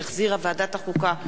שהחזירה ועדת החוקה,